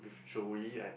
with Joey I think